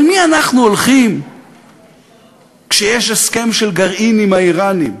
אל מי אנחנו הולכים כשיש הסכם גרעין עם האיראנים?